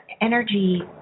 energy